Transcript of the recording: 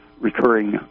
recurring